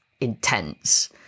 intense